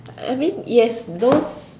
I mean yes those